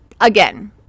again